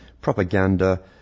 propaganda